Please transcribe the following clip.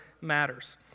matters